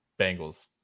Bengals